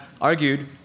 argued